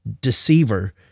deceiver